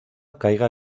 caiga